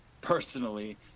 personally